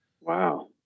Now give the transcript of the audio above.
Wow